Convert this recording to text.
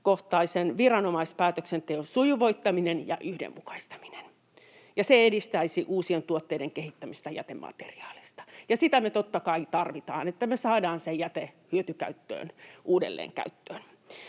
tapauskohtaisen viranomaispäätöksenteon sujuvoittaminen ja yhdenmukaistaminen. Se edistäisi uusien tuotteiden kehittämistä jätemateriaaleista, ja sitä me totta kai tarvitaan, että me saadaan se jäte hyötykäyttöön, uudelleen käyttöön.